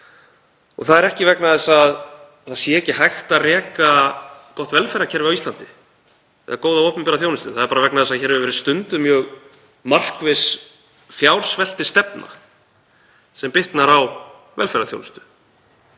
Það er ekki vegna þess að það sé ekki hægt að reka gott velferðarkerfi á Íslandi, góða opinbera þjónustu. Það er bara vegna þess að hér hefur verið stunduð mjög markviss fjársveltistefna sem bitnar á velferðarþjónustu.